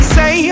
say